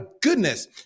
goodness